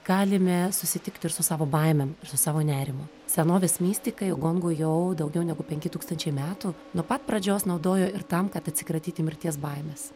galime susitikt ir su savo baimėm ir su savo nerimu senovės mistikai gongu jau daugiau negu penki tūkstančiai metų nuo pat pradžios naudojo ir tam kad atsikratyti mirties baimės